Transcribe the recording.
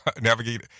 navigate